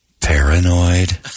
paranoid